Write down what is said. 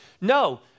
No